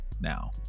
now